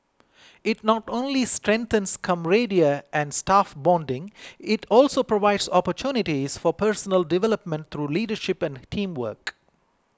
it not only strengthens camaraderie and staff bonding it also provides opportunities for personal development through leadership and teamwork